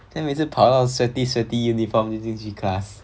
then 每次跑到 sweaty sweaty uniform 又进去 class